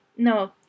No